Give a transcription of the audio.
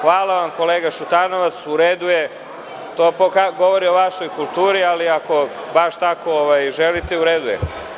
Hvala vam kolega Šutanovac, u redu je, to govori o vašoj kulturi, ali ako baš tako želite, u redu je.